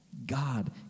God